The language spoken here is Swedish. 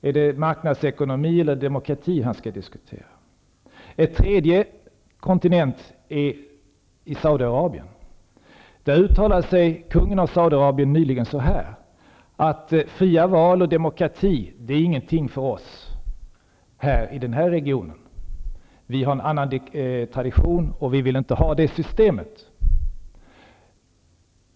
Är det marknadsekonomi eller demokrati han skall diskutera? En tredje kontinent är Saudiarabien. Där uttalade sig kungen av Saudiarabien nyligen så här: Fria val och demokrati är ingenting för oss i den här regionen; vi har en annan tradition, och vi vill inte ha det systemet.